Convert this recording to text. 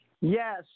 Yes